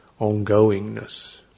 ongoingness